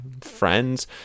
friends